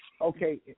Okay